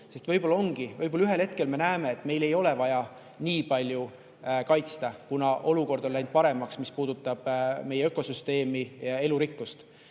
Sest võib‑olla ühel hetkel me näeme, et meil ei ole vaja nii palju kaitsta, kuna olukord on läinud paremaks, mis puudutab meie ökosüsteemi ja elurikkust,